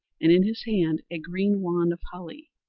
and in his hand a green wand of holly.